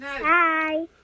Bye